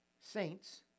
saints